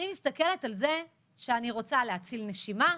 אני מסתכלת על זה שאני רוצה להציל נשימה,